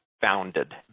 founded